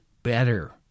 better